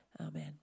Amen